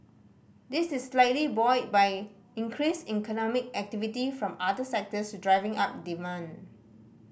this is likely buoyed by increased economic activity from other sectors driving up demand